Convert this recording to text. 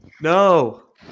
No